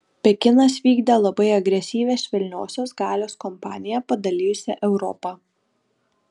pekinas vykdė labai agresyvią švelniosios galios kampaniją padalijusią europą